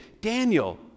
Daniel